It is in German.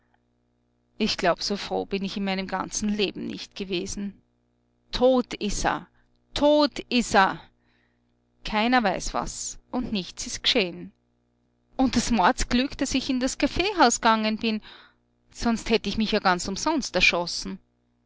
ich glaub so froh bin ich in meinem ganzen leben nicht gewesen tot ist er tot ist er keiner weiß was und nichts ist g'scheh'n und das mordsglück daß ich in das kaffeehaus gegangen bin sonst hätt ich mich ja ganz umsonst erschossen